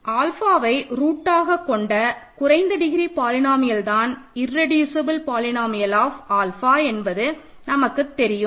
ஆல்ஃபாவை ரூட்டாக கொண்ட குறைந்த டிகிரி பாலினோமியல் தான் இர்ரெடியூசபல் பாலினோமியல் ஆப் ஆல்ஃபா என்பது நமக்குத் தெரியும்